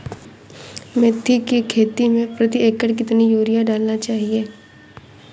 मेथी के खेती में प्रति एकड़ कितनी यूरिया डालना चाहिए?